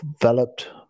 developed